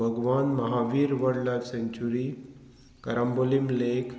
Bhagwan Mahavir wildlife sanctuary Carambolim lake